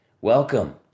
Welcome